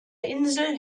insel